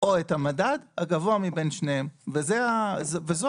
או את המדד, הגבוה מבין שניהם, וזו ההשלמה,